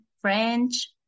French